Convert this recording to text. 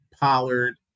Pollard